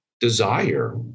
Desire